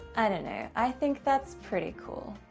i don't know i think that's pretty cool.